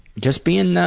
just being